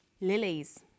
lilies